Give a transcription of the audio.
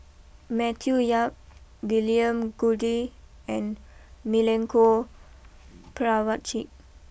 Matthew Yap William Goode and Milenko Prvacki